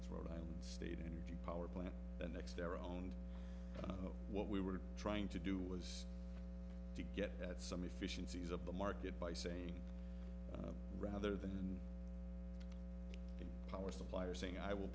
it's rhode island state energy power plant the next their own and what we were trying to do was to get at some efficiencies of the market by saying rather than our supplier saying i will